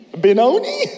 Benoni